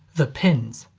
the pins.